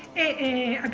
a